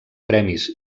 premis